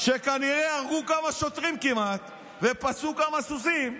שכנראה כמעט הרגו כמה שוטרים ופצעו כמה סוסים,